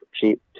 cheap